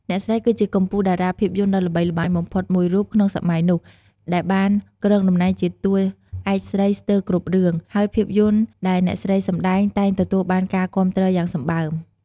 អ្នកស្រី គឺជាកំពូលតារាភាពយន្តដ៏ល្បីល្បាញបំផុតមួយរូបក្នុងសម័យនោះ ដែលបានគ្រងតំណែងជាតួឯកស្រីស្ទើរគ្រប់រឿង ហើយភាពយន្តដែលអ្នកស្រីសម្តែងតែងទទួលបានការគាំទ្រយ៉ាងសម្បើម។